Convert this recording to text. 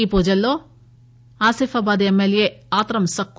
ఈ పూజల్లో ఆసిఫాబాద్ ఎమ్మెల్యే ఆత్రం సక్కు